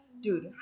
dude